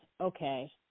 okay